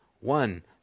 One